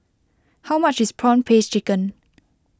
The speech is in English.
how much is Prawn Paste Chicken